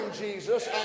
Jesus